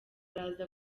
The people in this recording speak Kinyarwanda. araza